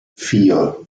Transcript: vier